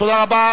תודה רבה.